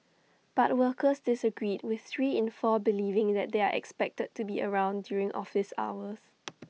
but workers disagreed with three in four believing that they are expected to be around during office hours